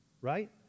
Right